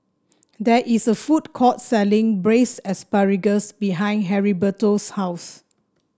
there is a food court selling Braised Asparagus behind Heriberto's house